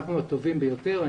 אנחנו הטובים ביותר.